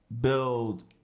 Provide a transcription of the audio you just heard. build